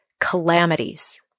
Calamities